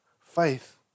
faith